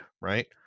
right